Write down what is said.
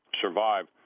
survive